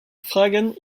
fragen